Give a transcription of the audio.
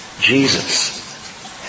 Jesus